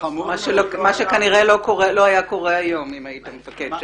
מה שכנראה לא היה קורה היום אם היית מפקד שלו.